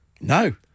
No